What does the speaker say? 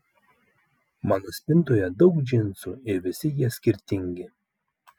mano spintoje daug džinsų ir visi jie skirtingi